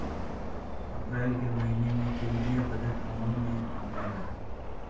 अप्रैल के महीने में केंद्रीय बजट अमल में आता है